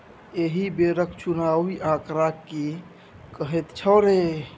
एहि बेरक चुनावी आंकड़ा की कहैत छौ रे